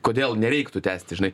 kodėl nereiktų tęsti žinai